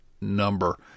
number